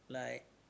like